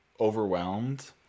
overwhelmed